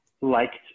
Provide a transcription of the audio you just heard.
liked